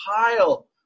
pile